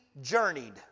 journeyed